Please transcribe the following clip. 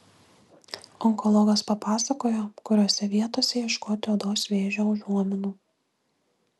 onkologas papasakojo kuriose vietose ieškoti odos vėžio užuominų